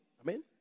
Amen